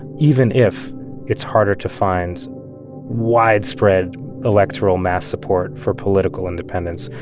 even if it's harder to find widespread electoral mass support for political independence,